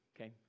Okay